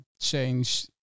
change